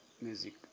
Music